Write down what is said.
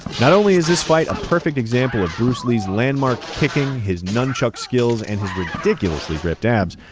not only is this fight a perfect example of bruce lee's landmark kicking, his nunchuck skills, and his ridiculously ripped abs,